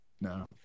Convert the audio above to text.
No